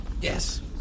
Yes